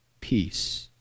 peace